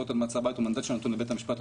אותו למעצר בית הוא מנדט שנתון לבית המשפט,